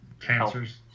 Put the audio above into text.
Cancers